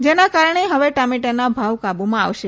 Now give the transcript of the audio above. જેના કારણે હવે ટામેટાના ભાવ કાબુમાં આવશે